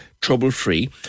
trouble-free